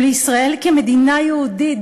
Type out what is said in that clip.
ולישראל כמדינה יהודית",